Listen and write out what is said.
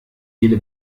jede